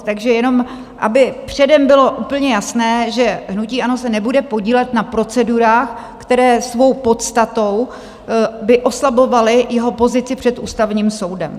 Takže jen aby předem bylo úplně jasné, že hnutí ANO se nebude podílet na procedurách, které svou podstatou by oslabovaly jeho pozici před Ústavním soudem.